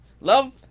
Love